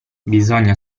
bisogna